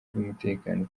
by’umutekano